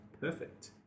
Perfect